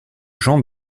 jean